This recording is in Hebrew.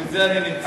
בשביל זה אני נמצא.